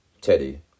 Teddy